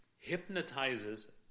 hypnotizes